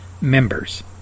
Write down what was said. members